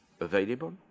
available